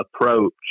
approach